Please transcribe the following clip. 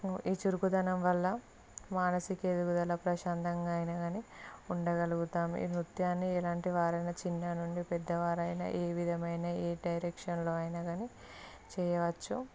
ఈ చురుకుదనం వల్ల మానసిక ఎదుగుదల ప్రశాంతంగా అయిన గానీ ఉండగలుగుతాము ఈ నృత్యాన్ని ఎలాంటి వారైనా చిన్న నుండి పెద్దవారైనా ఏ విధమైన ఏ డైరెక్షన్లో అయినా గానీ చేయవచ్చు